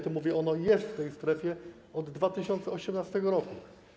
To mówię: ono jest w tej strefie od 2018 r.